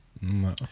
No